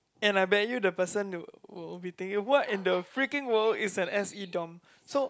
and I bet you the person will be thinking what in the freaking world is an S_E dorm so